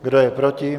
Kdo je proti?